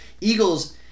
Eagles